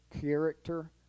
character